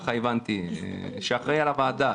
ככה הבנתי, שאחראי על הוועדה.